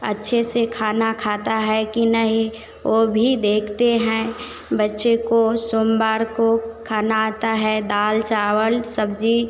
अच्छे से खाना खाता है कि नहीं वो भी देखते हैं बच्चे को सोमवार को खाना आता है दाल चावल सब्जी